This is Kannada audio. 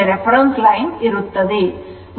ಮತ್ತು ಈ ಕೋನವು α ಇರುತ್ತದೆ